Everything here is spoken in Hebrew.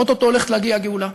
או-טו-טו הולכת להגיע הגאולה,